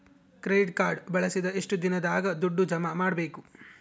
Credit card ಬಳಸಿದ ಎಷ್ಟು ದಿನದಾಗ ದುಡ್ಡು ಜಮಾ ಮಾಡ್ಬೇಕು?